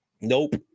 Nope